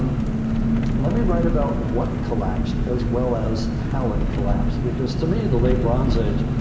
let me write about and what collapsed, as well as how it collapsed. because, to me, the late bronze age,